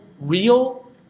real